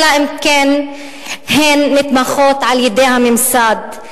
אלא אם כן הן נתמכות על-ידי הממסד.